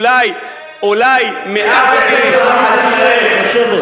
אולי, אולי, 50,000, לשבת, לשבת.